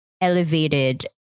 elevated